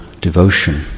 devotion